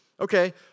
Okay